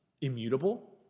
immutable